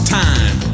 time